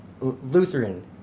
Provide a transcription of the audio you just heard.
Lutheran